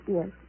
Yes